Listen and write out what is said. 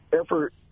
effort